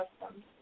custom